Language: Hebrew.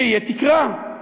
שתהיה תקרה.